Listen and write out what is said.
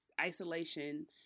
isolation